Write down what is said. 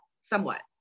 somewhat